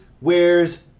wears